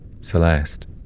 Celeste